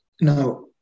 Now